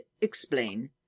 explain